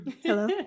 Hello